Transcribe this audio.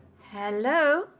Hello